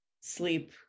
sleep